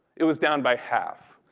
it was down by half,